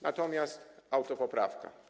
Natomiast autopoprawka.